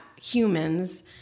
humans